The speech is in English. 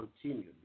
continued